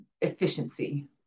efficiency